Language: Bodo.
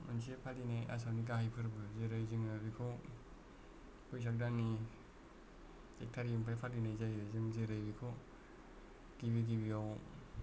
मोनसे फालिनाय आसामनि गाहाय फोरबो जेरै जोङो बेखौ बैसाग दाननि एक तारिखनिफ्राय फालिनाय जायो जों जेरै बेखौ गिबि गिबिया